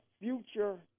future